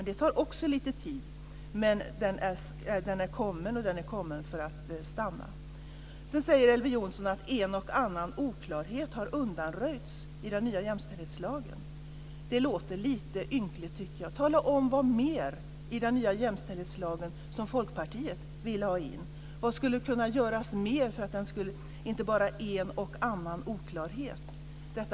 Det tar också lite tid, men mainstreaming har kommit för att stanna. Sedan säger Elver Jonsson att en och annan oklarhet har undanröjts i den nya jämställdhetslagen. Det låter lite ynkligt, tycker jag. Tala om vad mer som Folkpartiet vill ha in i den nya jämställdhetslagen! Vad skulle mer kunna göras mera för att det inte bara är en och annan oklarhet som har undanröjts?